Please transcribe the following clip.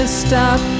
stop